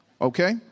Okay